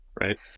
Right